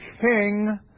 King